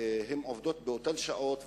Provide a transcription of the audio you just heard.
הן עובדות באותן שעות,